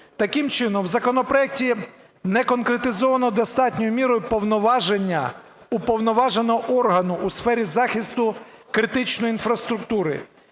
Таким чином, в законопроекті не конкретизовано достатньою мірою повноваження Уповноваженого органу у сфері захисту критичної інфраструктури